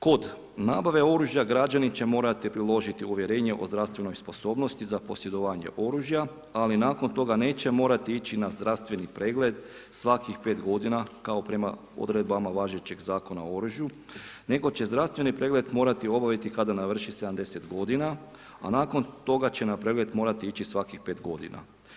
Kod nabave oružja građanin će morati priložiti uvjerenje o zdravstvenoj sposobnosti za posjedovanje oružja, ali nakon toga neće morati ići na zdravstveni pregled svakih 5 godina kao prema odredbama važećeg Zakona o oružju, nego će zdravstveni pregled morati obaviti kada navrši 70 godina, a nakon toga će na pregled morati ići svakih 5 godina.